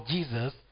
Jesus